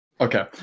Okay